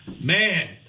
Man